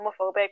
homophobic